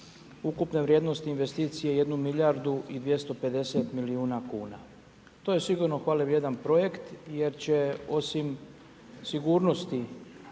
ukupne vrijednosti investicije jednu milijardu i 250 milijuna kuna. To je sigurno hvale vrijedan projekt jer će osim sigurnosti